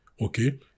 okay